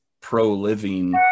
pro-living